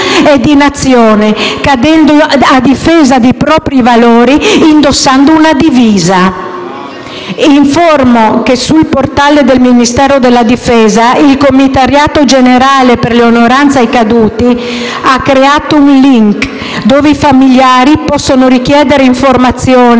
e di Nazione, cadendo a difesa dei propri valori indossando una divisa. Informo che sul portale del Ministero della difesa il Commissariato generale per le onoranze ai caduti ha creato un *link* dove i familiari possono richiedere informazioni